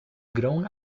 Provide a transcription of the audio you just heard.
grown